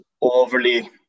overly